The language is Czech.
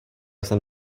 jsem